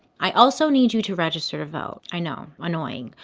i also need you to register to vote. i know, annoying,